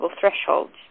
thresholds